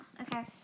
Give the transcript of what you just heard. okay